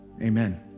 Amen